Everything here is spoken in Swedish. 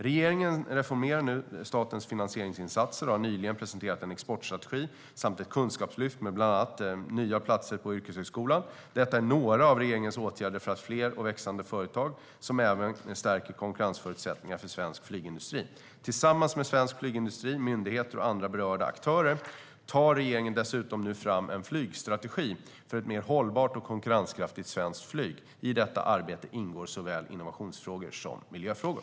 Regeringen reformerar nu statens finansieringsinsatser och har nyligen presenterat en exportstrategi samt ett kunskapslyft med bland annat nya platser på yrkeshögskolan. Detta är några av regeringens åtgärder för fler och växande företag som även stärker konkurrensförutsättningarna för svensk flygindustri. Tillsammans med svensk flygindustri, myndigheter och andra berörda aktörer tar regeringen dessutom nu fram en flygstrategi för ett mer hållbart och konkurrenskraftigt svenskt flyg. I detta arbete ingår såväl innovationsfrågor som miljöfrågor.